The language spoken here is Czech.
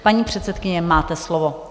Paní předsedkyně, máte slovo.